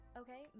okay